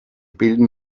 bilden